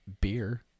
beer